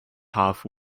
half